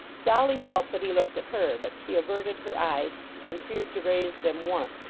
dolly felt that he looked at her, but she averted her eyes and feared to raise them once,